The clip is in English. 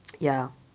ya